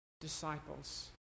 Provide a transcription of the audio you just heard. disciples